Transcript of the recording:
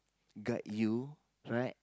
guide you right